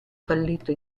fallito